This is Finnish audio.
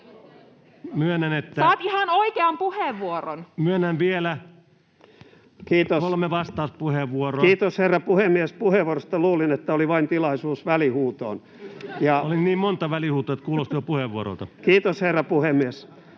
Saat ihan oikean puheenvuoron!] Myönnän vielä kolme vastauspuheenvuoroa. Kiitos, herra puhemies, puheenvuorosta! Luulin, että oli vain tilaisuus välihuutoon. Kiitos, herra puhemies!